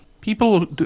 people